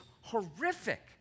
horrific